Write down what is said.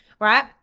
right